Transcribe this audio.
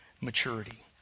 maturity